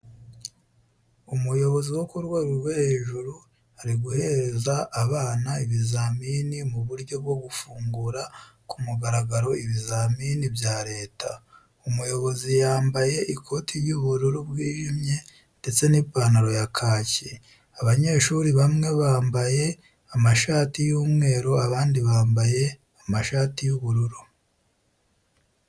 Umuyobozi wo ku rwego rwo hejuru ari guhereza abana ibizamini mu buryo bwo gufungura ku mugaragaro ibizamini bya Leta. Umuyobozi yamabye ikoti ry'ubururu bwijimye ndetse n'ipantaro ya kaki. Abanyeshuri bamwe bamabye amashati y'umweru, abandi bambaye amashati y'ubururu.